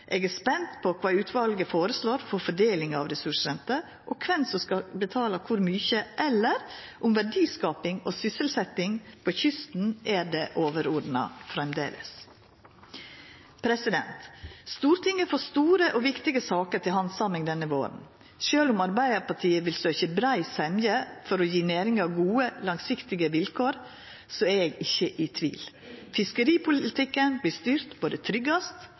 Eg er spent på kva utvalet føreslår for fordeling av ressursrenter, og kven som skal betala kor mykje, eller om verdiskaping og sysselsetjing på kysten framleis er det overordna. Stortinget får store og viktige saker til handsaming denne våren. Sjølv om Arbeidarpartiet vil søkja brei semje for å gje næringa gode, langsiktige vilkår, er eg ikkje i tvil. Fiskeripolitikken vert styrt både tryggast